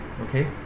Okay